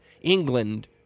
England